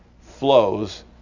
flows